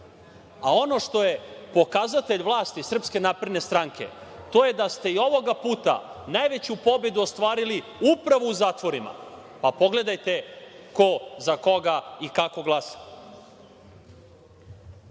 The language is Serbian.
Ono što je pokazatelj vlasti Srpske napredne stranke, to je da ste, i ovoga puta, najveću pobedu ostvarili upravo u zatvorima. Pogledajte ko za koga i kako glasa.